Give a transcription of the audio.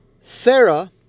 Sarah